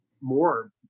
More